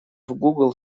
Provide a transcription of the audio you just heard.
google